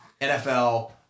NFL